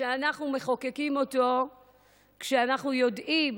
שאנחנו מחוקקים אותו כשאנחנו יודעים